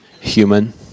human